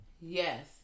Yes